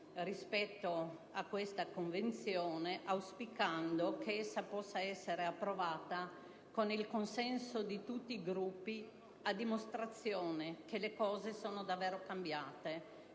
rispetto a tale Convenzione, auspicando che essa possa essere approvata con il consenso di tutti i Gruppi, a dimostrazione che le cose sono davvero cambiate